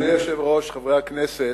אדוני היושב-ראש, חברי הכנסת,